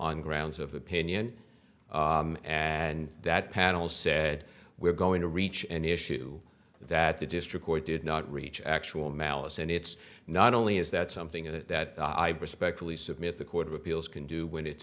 on grounds of opinion and that panel said we're going to reach an issue that the district court did not reach actual malice and it's not only is that something that i respectfully submit the court of appeals can do when it's